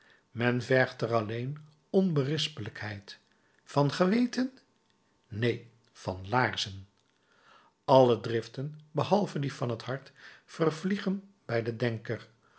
men vergt er alleen onberispelijkheid van geweten neen van laarzen alle driften behalve die van t hart vervliegen bij den denker